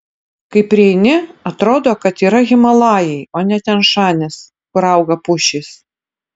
kai prieini atrodo kad yra himalajai o ne tian šanis kur auga pušys